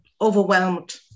overwhelmed